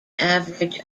average